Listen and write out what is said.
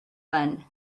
bun